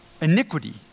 Iniquity